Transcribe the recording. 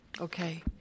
Okay